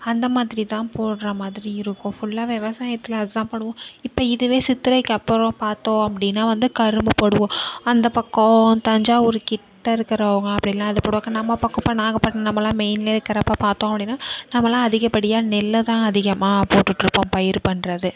அந்த மாதிரி தான் போடுற மாதிரி இருக்கும் ஃபுல்லா விவசாயத்துல அதுதான் போடுவோம் இப்போ இதுவே சித்திரைக்கு அப்பறம் பார்த்தோம் அப்படின்னா வந்து கரும்பு போடுவோம் அந்த பக்கம் தஞ்சாவூர்கிட்ட இருக்கிறவங்க அப்படி இல்லைனா இது போடுவாக்க நம்ம பக்கம் இப்போ நாகப்பட்டினம் நம்மளாம் மெயின்லயே இருக்கிறப்ப பார்த்தோம் அப்படின்னா நம்மளாம் அதிகப்படியாக நெல்லை தான் அதிகமாக போட்டுகிட்டு இருக்கோம் பயிறு பண்ணுறது